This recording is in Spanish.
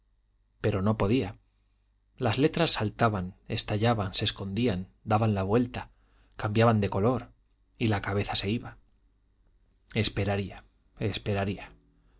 pero no podía las letras saltaban estallaban se escondían daban la vuelta cambiaban de color y la cabeza se iba esperaría esperaría